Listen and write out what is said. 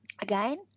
again